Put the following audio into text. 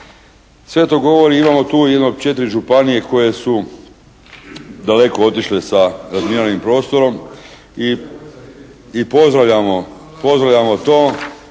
Sve to govori, imamo tu jedno četiri županije koje su daleko otišle sa razminiranim prostorom i pozdravljamo to.